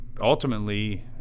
ultimately